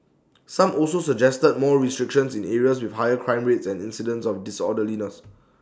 some also suggested more restrictions in areas with higher crime rates and incidents of disorderliness